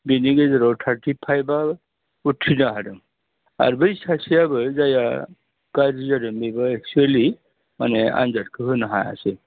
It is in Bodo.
बेनि गेजेराव थार्टिफाइभआ उथ्रिनो हादों आरो बै सासेयाबो जायआ गाज्रि जादों बेबो एक्चुवेलि माने आनजादखौ होनो हायासै